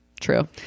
True